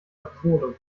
absurdum